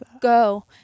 go